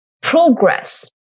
progress